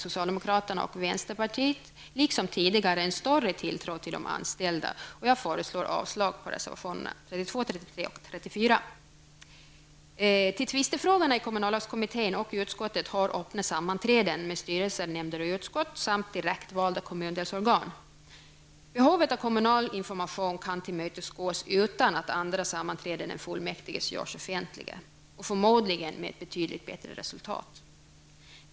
Socialdemokraterna och vänsterpartiet har liksom tidigare en större tilltro till de anställda. Jag yrkar därför avslag på reservationerna 32, 33 och 34. Till tvistefrågorna i kommunallagskommitten och i utskottet hör öppna sammanträden med styrelser, nämnder och utskott samt direktvalda kommundelsorgan. Behovet av kommunal information kan tillmötesgås utan att andra sammanträden än fullmäktiges görs offentliga och förmodligen med ett betydligt bättre resultat.